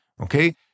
Okay